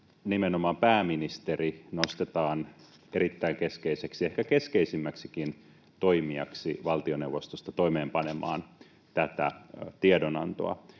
nimenomaan pääministeri nostetaan erittäin keskeiseksi, ehkä keskeisimmäksikin toimijaksi valtioneuvostosta toimeenpanemaan tätä tiedonantoa.